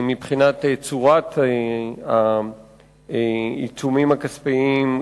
מבחינת צורת העיצומים הכספיים,